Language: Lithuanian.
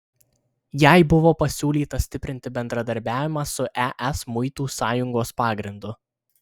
jai buvo pasiūlyta stiprinti bendradarbiavimą su es muitų sąjungos pagrindu